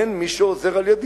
אין מי שעוזר על ידי.